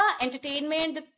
entertainment